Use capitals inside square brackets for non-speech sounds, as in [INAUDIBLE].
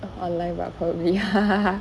oh online but probably [LAUGHS]